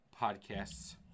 podcasts